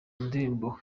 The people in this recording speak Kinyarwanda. ndirimbo